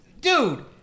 dude